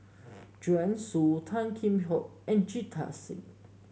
Joanne Soo Tan Kheam Hock and Jita Singh